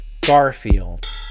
Garfield